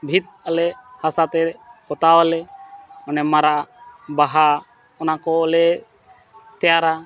ᱵᱷᱤᱛ ᱟᱞᱮ ᱦᱟᱥᱟᱛᱮ ᱯᱚᱛᱟᱣᱟᱞᱮ ᱚᱱᱮ ᱢᱟᱨᱟᱜ ᱵᱟᱦᱟ ᱚᱱᱟᱠᱚᱞᱮ ᱛᱮᱭᱟᱨᱟ